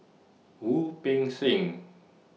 Wu Peng Seng